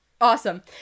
Awesome